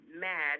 mad